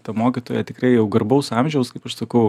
ta mokytoja tikrai jau garbaus amžiaus kaip aš sakau